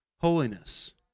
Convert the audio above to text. holiness